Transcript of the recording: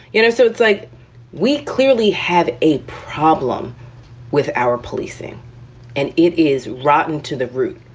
you know? so it's like we clearly have a problem with our policing and it is rotten to the root.